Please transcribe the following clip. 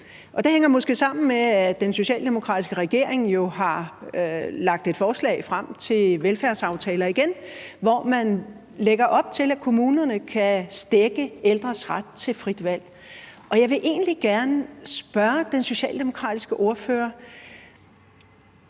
Det hænger måske sammen med, at den socialdemokratiske regering jo har lagt et forslag frem til velfærdsaftaler igen, hvor man lægger op til, at kommunerne kan stække ældres ret til frit valg. Jeg vil egentlig gerne spørge den socialdemokratiske ordfører,